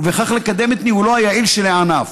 ובכך לקדם את ניהולו היעיל של הענף.